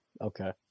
Okay